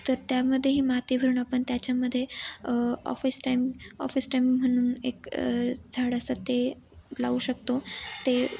तर त्यामध्येही माती भरून आपण त्याच्यामध्ये ऑफिस टाईम ऑफिस टाईम म्हणून एक झाड असतं ते लावू शकतो ते